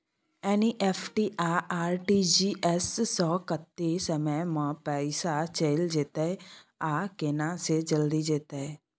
NEFT आ RTGS स कत्ते समय म पैसा चैल जेतै आ केना से जल्दी जेतै?